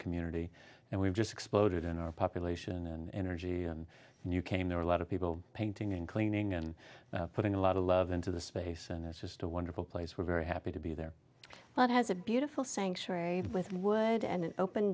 community and we've just exploded in our population and energy and you came there are a lot of people painting and cleaning and putting a lot of love into the space and it's just a wonderful place we're very happy to be there but has a beautiful sanctuary with wood and an open